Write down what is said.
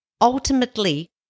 Ultimately